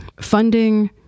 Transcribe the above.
funding